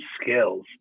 skills